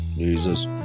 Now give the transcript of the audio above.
Jesus